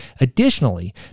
Additionally